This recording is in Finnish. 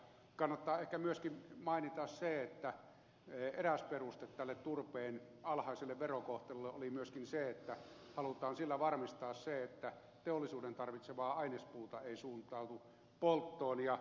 kannattaa ehkä myöskin mainita se että eräs peruste tälle turpeen alhaiselle verokohtelulle oli myöskin se että halutaan sillä varmistaa se että teollisuuden tarvitsemaa ainespuuta ei suuntaudu polttoon